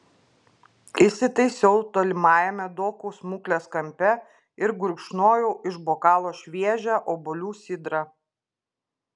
įsitaisiau tolimajame dokų smuklės kampe ir gurkšnojau iš bokalo šviežią obuolių sidrą